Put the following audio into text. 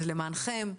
זה למענכם,